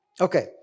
Okay